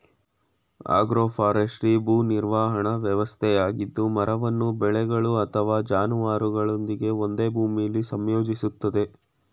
agroforestry ಭೂ ನಿರ್ವಹಣಾ ವ್ಯವಸ್ಥೆಯಾಗಿದ್ದು ಮರವನ್ನು ಬೆಳೆಗಳು ಅಥವಾ ಜಾನುವಾರುಗಳೊಂದಿಗೆ ಒಂದೇ ಭೂಮಿಲಿ ಸಂಯೋಜಿಸ್ತದೆ